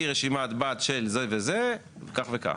היא רשימת בת של זה וזה, כך וכך.